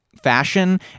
fashion